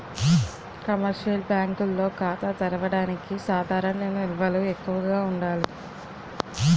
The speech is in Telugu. కమర్షియల్ బ్యాంకుల్లో ఖాతా తెరవడానికి సాధారణ నిల్వలు ఎక్కువగా ఉండాలి